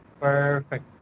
perfect